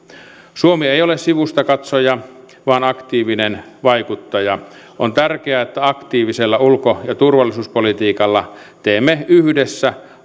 suomi ei ole sivustakatsoja vaan aktiivinen vaikuttaja on tärkeää että aktiivisella ulko ja turvallisuuspolitiikalla teemme yhdessä